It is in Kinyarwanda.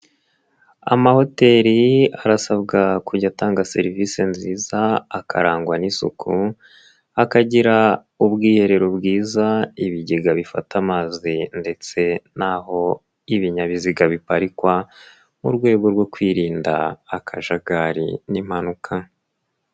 Amahoteli arasabwa kujya atanga serivisi nziza akarangwa n'isuku, akagira ubwiherero bwiza ibigega bifata amazi ndetse n'aho ibinyabiziga biparikwa, mu rwego rwo kwirinda akajagari n'impanuka.